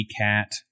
Cat